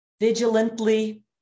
vigilantly